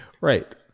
Right